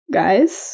guys